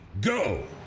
go